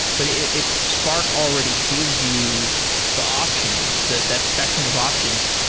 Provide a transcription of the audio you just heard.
but if spark already gives you the options, that that spectrum of options,